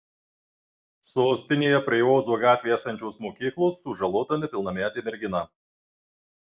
sostinėje prie ozo gatvėje esančios mokyklos sužalota nepilnametė mergina